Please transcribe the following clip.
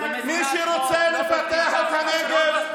מי שרוצה לפתח את הנגב,